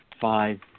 five